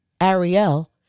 Ariel